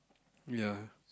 ya